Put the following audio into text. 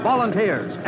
volunteers